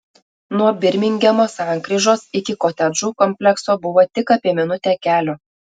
nuo birmingemo sankryžos iki kotedžų komplekso buvo tik apie minutę kelio